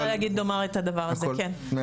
צודק.